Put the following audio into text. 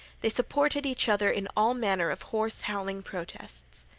they supported each other in all manner of hoarse, howling protests.